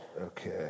Okay